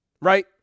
right